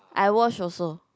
I watch also